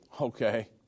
okay